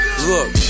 Look